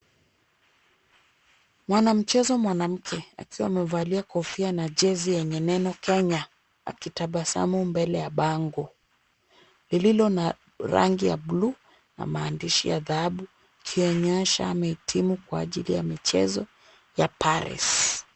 Mwanamchezo mwanamke, akiwa amevalia kofia na jezi yenye neno Kenya, akitabasamu mbele ya bango lililo na rangi ya buluu na maandishi ya dhahabu kuonyesha amehitimu kwa ajili ya michezo ya Paris.